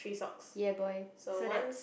ya boy so that's